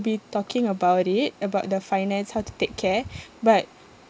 be talking about it about the finance how to take care but